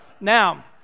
Now